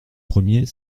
premier